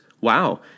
Wow